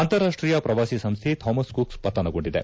ಅಂತಾರಾಷ್ಟೀಯ ಪ್ರವಾಸಿ ಸಂಸ್ಥ ಥಾಮಸ್ ಕುಕ್ ಪತನಗೊಂಡಿದೆ